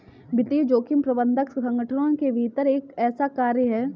वित्तीय जोखिम प्रबंधन संगठनों के भीतर एक ऐसा कार्य है